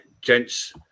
gents